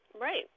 Right